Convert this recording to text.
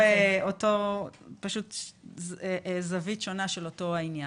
זו זווית שונה של אותו העניין.